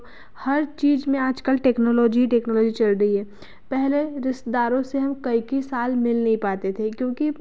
हर चीज़ में आज कल टेक्नोलॉजी ही टेक्नोलॉजी चल रही है पहले रिश्तेदारों से हम कई कई साल मिल नहीं पाते थे क्योंकि